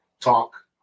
talk